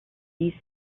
east